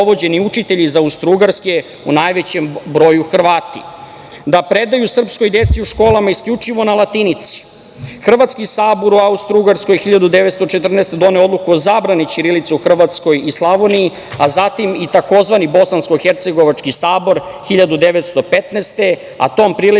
Hrvatski sabor u Austrougarskoj 1914. godine doneo je odluku o zabrani ćirilice u Hrvatskoj i Slavoniji, a zatim i tzv. Bosansko-hercegovački sabor 1915. godine, a tom prilikom